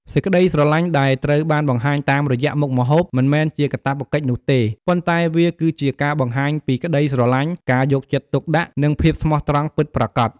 សេចក្ដីស្រឡាញ់ដែលត្រូវបានបង្ហាញតាមរយៈមុខម្ហូប មិនមែនជាកាតព្វកិច្ចនោះទេ ប៉ុន្តែវាគឺជាការបង្ហាញពីក្ដីស្រឡាញ់ ការយកចិត្តទុកដាក់ និងភាពស្មោះត្រង់ពិតប្រាកដ។